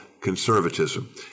conservatism